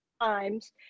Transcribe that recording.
times